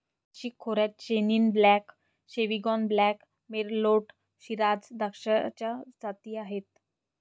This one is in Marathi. नाशिक खोऱ्यात chenin blanc, sauvignon blanc, merlot, shiraz द्राक्षाच्या जाती आहेत